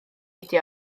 ydi